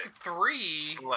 three